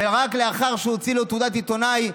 ורק לאחר שהוא הוציא לו תעודת עיתונאי,